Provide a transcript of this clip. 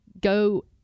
go